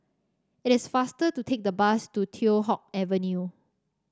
it is faster to take the bus to Teow Hock Avenue